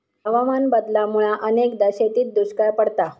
हवामान बदलामुळा अनेकदा शेतीत दुष्काळ पडता